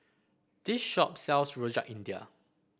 this shop sells Rojak India